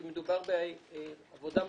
כי מדובר בעבודה משמעותית.